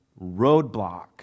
roadblock